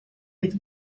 with